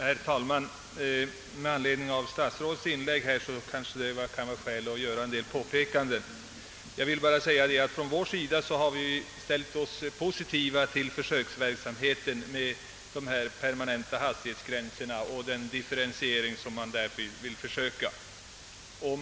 Herr talman! Med anledning av statsrådets inlägg kan det vara skäl att göra en del påpekanden. Vi har ställt oss positiva till förslaget om försöksverksamheten med permanenta hastighetsgränser och differentiering av dem.